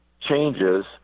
changes